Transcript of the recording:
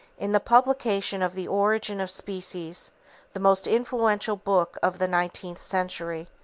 in the publication of the origin of species the most influential book of the nineteenth century,